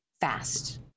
fast